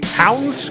hounds